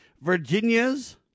Virginia's